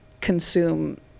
consume